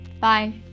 Bye